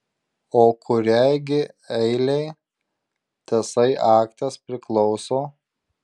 o kuriai gi eilei tasai aktas priklauso